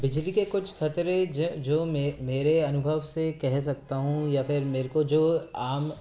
बिजली के कुछ खतरे जे जो मे मेरे अनुभव से केह सकता हूँ या फिर मुझको जो आम